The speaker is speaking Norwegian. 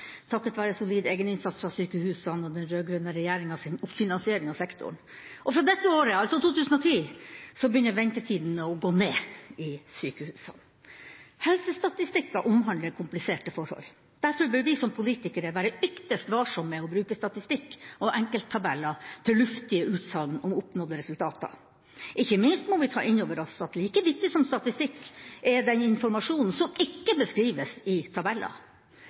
takket være solid egeninnsats fra sykehusene og den rød-grønne regjeringas oppfinansiering av sektoren. I dette året, altså i 2010, begynner ventetidene i sykehusene å gå ned. Helsestatistikker omhandler kompliserte forhold. Derfor bør vi som politikere være ytterst varsomme med å bruke statistikk og enkelttabeller til luftige utsagn om oppnådde resultater. Ikke minst må vi ta inn over oss at like viktig som statistikk er den informasjonen som ikke beskrives i tabeller.